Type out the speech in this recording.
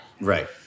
Right